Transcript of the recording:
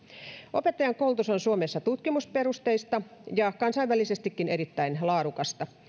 opettajankoulutus on suomessa tutkimusperusteista ja kansainvälisestikin erittäin laadukasta